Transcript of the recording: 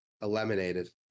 Eliminated